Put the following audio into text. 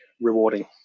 rewarding